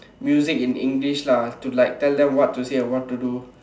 music in English lah to like tell them what to say or what to do